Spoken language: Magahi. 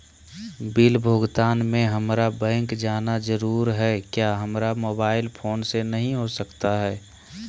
बिल भुगतान में हम्मारा बैंक जाना जरूर है क्या हमारा मोबाइल फोन से नहीं हो सकता है?